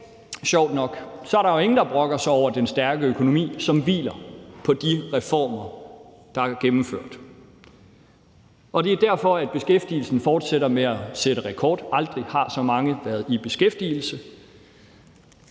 sjovt nok, er der jo ingen, der brokker sig over den stærke økonomi, som hviler på de reformer, der er gennemført. Det er derfor, at beskæftigelsen fortsætter med at sætte rekord; aldrig har så mange været i beskæftigelse.